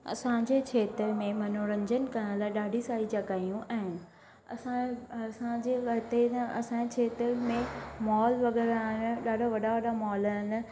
असांजे खेत्र में मनोरंजनु करण लाइ ॾाढियूं सारियूं जॻहियूं आहिनि असां असांजे ॿ टे न असांजे खेत्र में मॉल वग़ैरह आ्हे न ॾाढा वॾा वॾा मॉल आहिनि